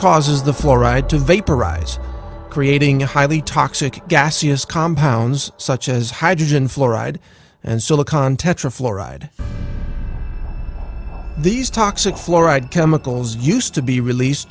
causes the fluoride to vaporize creating a highly toxic gases compounds such as hydrogen fluoride and still a contest for fluoride these toxic fluoride chemicals used to be released